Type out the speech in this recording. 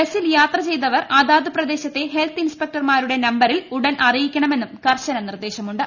ബസ്സിൽ യാത്ര ചെയ്തവർ അതിരു പ്രദേശത്തെ ഹെൽത്ത് ഇൻസ്പെക്ടറുടെ നമ്പറ്റിൽ ് ഉടൻ അറിയിക്കണമെന്നും കർശന നിർദ്ദേശമുണ്ട്